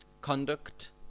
conduct